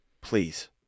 please